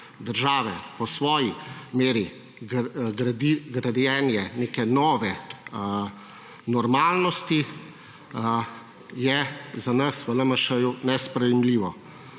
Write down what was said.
države po svoji meri, grajenje neke nove normalnosti, kar je za nas v LMŠ nesprejemljivo,